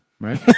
Right